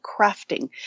crafting